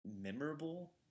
memorable –